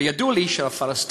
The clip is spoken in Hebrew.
וידוע לי שהפלסטינים,